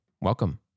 welcome